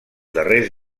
darrers